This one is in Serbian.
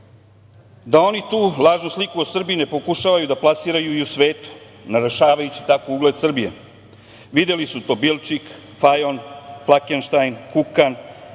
da oni tu lažnu sliku o Srbiji ne pokušavaju da plasiraju i u svetu, narušavajući tako ugled Srbije. Videli su to Bilčik, Fajon, Flakenštajn, Kukan,